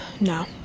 No